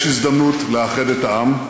יש הזדמנות לאחד את העם,